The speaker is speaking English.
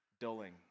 dulling